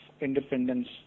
independence